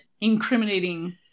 incriminating